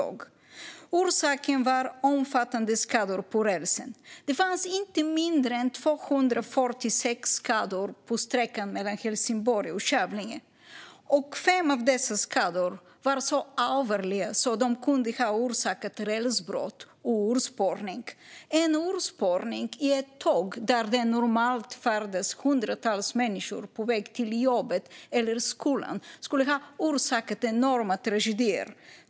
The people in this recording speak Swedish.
Orsaken var omfattande skador på rälsen. Det fanns inte mindre än 246 skador på sträckan mellan Helsingborg och Kävlinge. Fem av dessa skador var så allvarliga att de kunde ha orsakat rälsbrott och urspårning. En urspårning av tåg där det normalt färdas hundratals människor på väg till jobbet eller skolan skulle ha orsakat enorma tragedier.